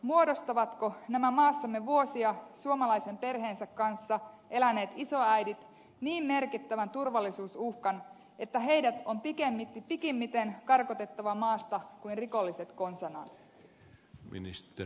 muodostavatko nämä maassamme vuosia suomalaisen perheensä kanssa eläneet isoäidit niin merkittävän turvallisuusuhkan että heidät on pikimmiten karkotettava maasta kuin rikolliset konsanaan